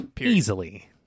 Easily